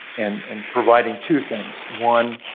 and and providing two things one,